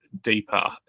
deeper